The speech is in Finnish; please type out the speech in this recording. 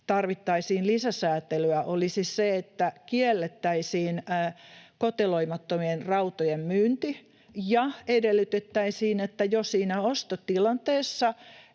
tarvittaisiin, olisi se, että kiellettäisiin koteloimattomien rautojen myynti ja edellytettäisiin, että jo siinä ostotilanteessa